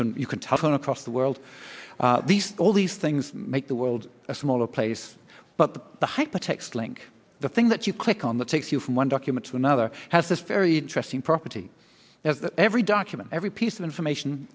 can you can touch on across the world these all these things make the world a smaller place but the hypertext link the thing that you click on that takes you from one document to another has this very interesting property every document every piece of information